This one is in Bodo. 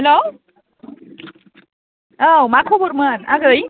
हेल्ल' औ मा खबरमोन आगै